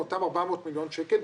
מאותם 400 מיליון שקלים,